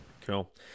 Cool